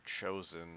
chosen